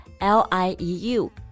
L-I-E-U